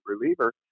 reliever